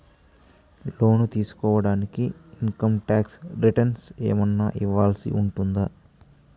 లోను తీసుకోడానికి income tax returns ఏమన్నా ఇవ్వాల్సి ఉంటుందా